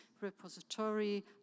repository